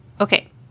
Okay